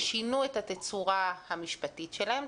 שינו את התצורה המשפטית שלהם,